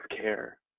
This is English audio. care